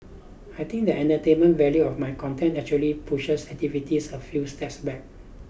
I think that the entertainment value of my content actually pushes activities a few steps back